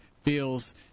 feels